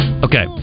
Okay